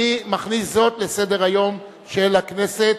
אני מכניס זאת לסדר-היום של הכנסת,